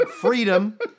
Freedom